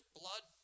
blood